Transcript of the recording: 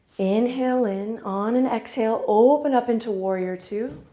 inhale in. on an exhale, open up into warrior two.